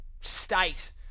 state